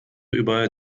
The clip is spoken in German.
über